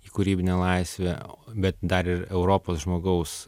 į kūrybinę laisvę bet dar ir europos žmogaus